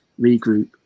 regroup